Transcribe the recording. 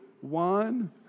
one